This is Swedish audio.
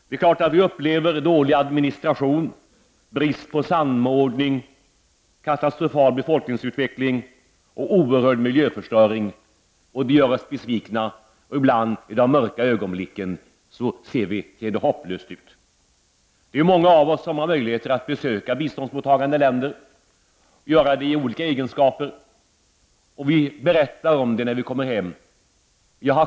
Det är klart att vi upplever dålig administration, brist på samordning, katastrofal befolkningsutveckling och oerhörd mil öring, och det gör oss besvikna. Ibland i de mörka ögonblicken ser det hopplöst ut. Många av oss har möjligheter att besöka biståndsmottagande länder och i olika funktioner avlägga besök. När vi kommer berättar vi om upplevelserna.